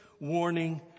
warning